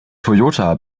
toyota